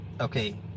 Okay